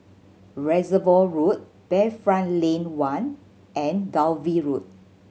Reservoir Road Bayfront Lane One and Dalvey Road